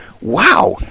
wow